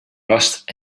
rust